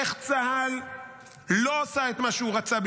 איך צה"ל לא עשה את מה שהוא רצה,